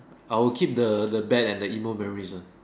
I'll keep the the bad and the emo memories ah